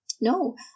No